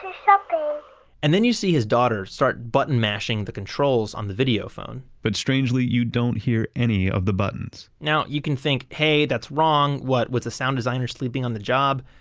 to shopping and then you see his daughter start button mashing the controls on the videophone but strangely you don't hear any of the buttons now you can think, hey, that's wrong. was the sound designer sleeping on the job?